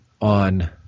on